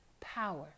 Power